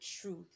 truth